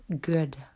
good